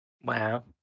Wow